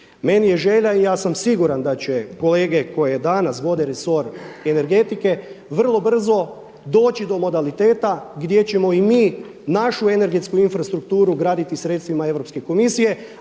meni je želja i ja sam siguran da će kolege koje danas vode resor energetike vrlo brzo doći do modaliteta gdje ćemo i mi našu energetsku infrastrukturu graditi sredstvima Europske komisije.